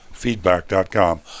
feedback.com